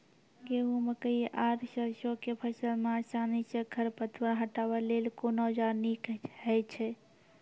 गेहूँ, मकई आर सरसो के फसल मे आसानी सॅ खर पतवार हटावै लेल कून औजार नीक है छै?